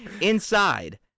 Inside